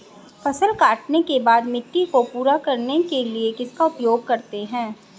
फसल काटने के बाद मिट्टी को पूरा करने के लिए किसका उपयोग करते हैं?